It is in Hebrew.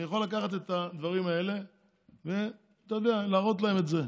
אני יכול לקחת את הדברים האלה ולהראות להם את זה,